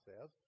says